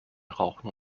rauchen